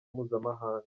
mpuzamahanga